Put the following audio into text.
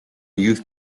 youth